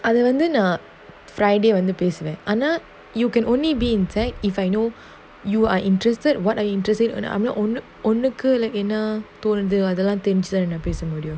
அதுவந்து நா:athuvanthu na friday வந்து பேசுவ ஆனா:vanthu pesuva aanaa you can only be inside if I know you are interested what are interesting and I am lah ஒன்னு ஒன்னுக்கு:onnu onnuku like என்னா பொறந்து அதலா தெரிஞ்சி தானே நா பேச முடியு:ennaa poranthu athalaa therinji thaane na pesa mudiyum